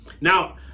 Now